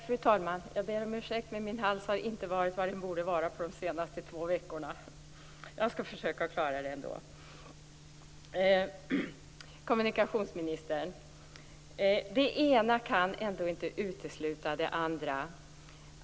Fru talman! Jag ber om ursäkt, men min hals har inte varit vad den borde vara på de senaste två veckorna. Jag skall försöka klara det ändå. Det ena kan ändå inte utesluta det andra, kommunikationsministern.